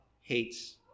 hates